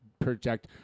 project